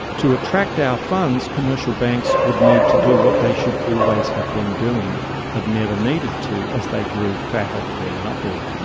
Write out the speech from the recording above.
to attract our funds commercial banks would need to do what they should always have been doing but never needed to as they grew fat off their monopoly.